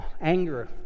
anger